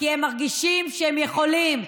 כי הם מרגישים שהם יכולים.